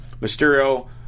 Mysterio